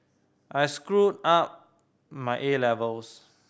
I screwed up my A levels